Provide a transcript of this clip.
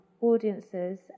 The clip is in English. audiences